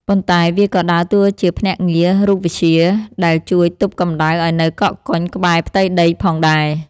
ប៉ុន្តែវាក៏ដើរតួជាភ្នាក់ងាររូបវិទ្យាដែលជួយទប់កម្ដៅឱ្យនៅកកកុញក្បែរផ្ទៃដីផងដែរ។